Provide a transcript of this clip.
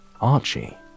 Archie